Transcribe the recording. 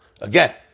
Again